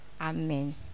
amen